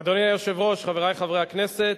אדוני היושב-ראש, חברי חברי הכנסת,